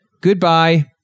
Goodbye